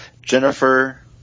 Jennifer